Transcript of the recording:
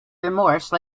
remorse